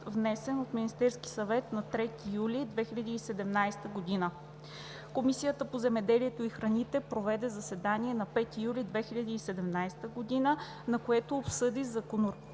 внесен от Министерския съвет на 3 юли 2017 г. Комисията по земеделието и храните проведе заседание на 5 юли 2017 г., на което обсъди Законопроект